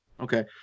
Okay